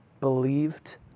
believed